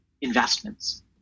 investments